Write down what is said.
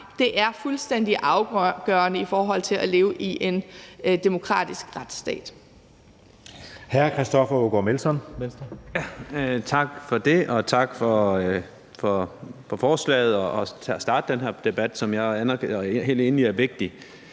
Det er fuldstændig afgørende i forhold til at leve i en demokratisk retsstat.